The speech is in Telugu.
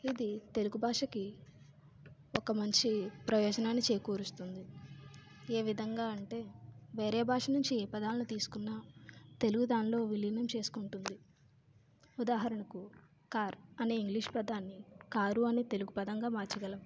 ఇది తెలుగు భాషకి ఒక మంచి ప్రయోజనాన్ని చేకూరుస్తుంది ఏ విధంగా అంటే వేరే భాష నుంచి ఏ పదాలను తీసుకున్న తెలుగు దానిలో విలీనం చేసుకుంటుంది ఉదాహరణకు కార్ అనే ఇంగ్లీష్ పదాన్ని కారు అని తెలుగు పదంగా మార్చగలం